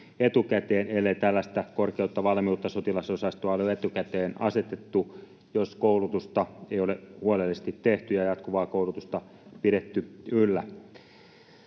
etukäteen, ellei tällaista korkean valmiuden sotilasosastoa ole jo etukäteen asetettu, jos koulutusta ei ole huolellisesti tehty ja jatkuvaa koulutusta pidetty yllä.